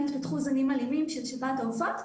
התפתחו זנים אלימים של שפעת העופות,